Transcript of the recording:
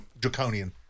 Draconian